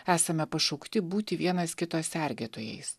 esame pašaukti būti vienas kito sergėtojais